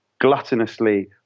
gluttonously